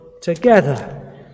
together